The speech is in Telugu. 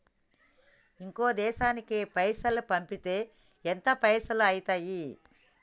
ఇంకో దేశానికి పైసల్ పంపితే ఎంత పైసలు అయితయి?